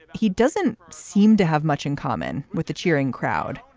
he doesn't seem to have much in common with the cheering crowd,